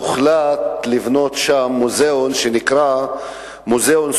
הוחלט לבנות שם מוזיאון שנקרא מוזיאון סובלנות.